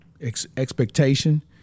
expectation